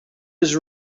his